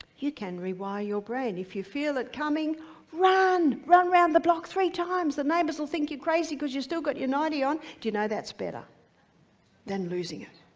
you can rewire your brain. if you feel it coming run. run around the block three times. the neighbors will think you're crazy cause you still got your nighty on. do you know that's better than losing it,